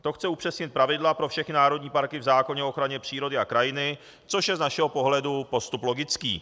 To chce upřesnit pravidla pro všechny národní parky v zákoně o ochraně přírody a krajiny, což je z našeho pohledu postup logický.